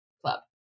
Club